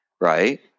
Right